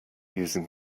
using